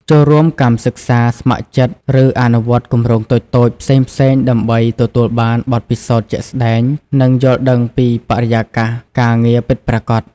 ចូលរួម កម្មសិក្សា ស្ម័គ្រចិត្ត ឬអនុវត្តគម្រោងតូចៗ ផ្សេងៗ ដើម្បីទទួលបាន បទពិសោធន៍ជាក់ស្តែង និងយល់ដឹងពីបរិយាកាសការងារពិតប្រាកដ។